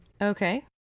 Okay